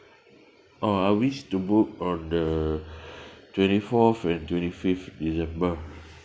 oh I wish to book on the twenty fourth and twenty fifth december